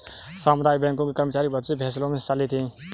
सामुदायिक बैंकों के कर्मचारी बहुत से फैंसलों मे हिस्सा लेते हैं